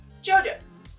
JoJo's